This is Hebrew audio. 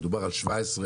מדובר על 17,000